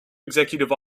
executive